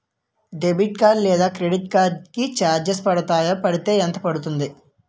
Debit card లేదా credit card కి charges పడతాయా? పడితే ఎంత పడుతుంది?